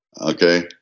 Okay